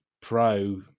pro